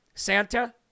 Santa